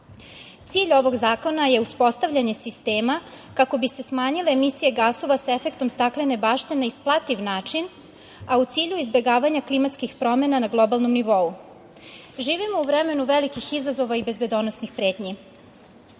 Cilj ovog zakona je postavljenje sistema, kako bi se smanjile emisije gasova sa efektom staklene bašte, na isplativ način, a u cilju izbegavanja klimatskih promena na globalnom nivou. Živimo u vremenu velikih izazova i bezbedonosnih pretnji.